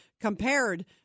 compared